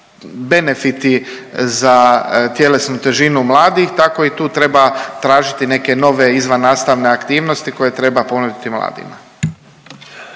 benefiti za tjelesnu težinu mladih, tako i tu treba tražiti neke nove izvannastavne aktivnosti koje treba ponuditi mladima.